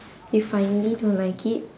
if I really don't like it